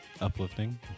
uplifting